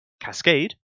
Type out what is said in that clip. cascade